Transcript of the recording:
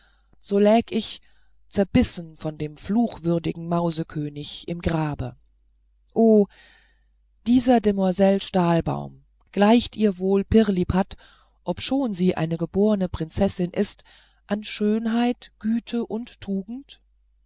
so läg ich zerbissen von dem fluchwürdigen mausekönig im grabe o dieser demoiselle stahlbaum gleicht ihr wohl pirlipat obschon sie eine geborne prinzessin ist an schönheit güte und tugend